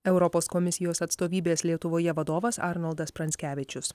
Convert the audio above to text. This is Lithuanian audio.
europos komisijos atstovybės lietuvoje vadovas arnoldas pranckevičius